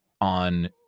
on